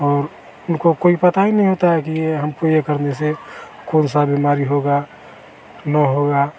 और उनको कोई पता ही नहीं होता है कि ये हमको ये करने से खूब सा बीमारी होगा न होगा